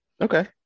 Okay